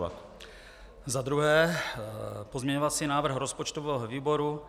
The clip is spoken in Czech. Za druhé pozměňovací návrh rozpočtového výboru.